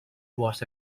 was